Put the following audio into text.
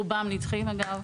רובם נדחים, אגב,